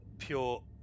pure